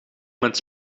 met